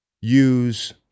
use